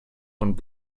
und